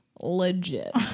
legit